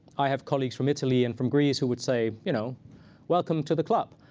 i have colleagues from italy and from greece who would say, you know welcome to the club.